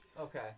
Okay